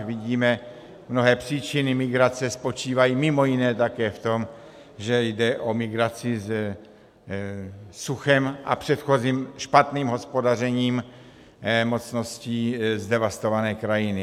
Vidíme, že mnohé příčiny migrace spočívají mimo jiné také v tom, že jde o migraci ze suchem a předchozím špatným hospodařením mocností zdevastované krajiny.